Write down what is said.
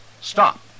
stop